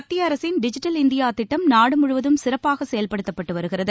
மத்திய அரசின் digital India திட்டம் நாடு முழுவதும் சிறப்பாக செயல்படுத்தப்பட்டு வருகிறது